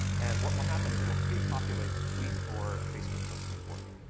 and what will happen is it will pre-populate a tweet or a facebook posting for you.